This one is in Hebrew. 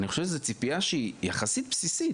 אני חושב שזאת ציפייה שהיא יחסית בסיסית